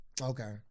Okay